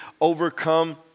overcome